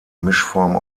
mischform